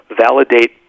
validate